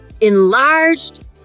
enlarged